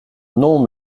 non